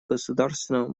государственного